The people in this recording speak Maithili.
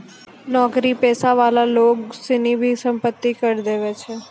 नौकरी पेशा वाला लोग सनी भी सम्पत्ति कर देवै छै